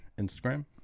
Instagram